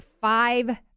five